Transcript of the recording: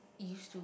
used to